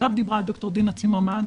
--- שעכשיו דיברה ד"ר דינה צימרמן,